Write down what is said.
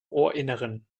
ohrinneren